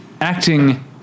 acting